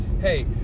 hey